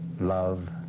love